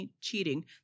cheating